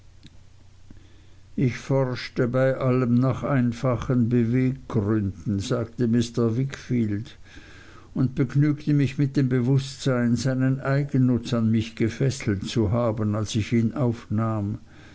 ich forschte bei allem nach einfachen beweggründen sagte mr wickfield und begnügte mich mit dem bewußtsein seinen eigennutz an mich gefesselt zu haben als ich ihn aufnahm